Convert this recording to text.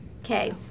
Okay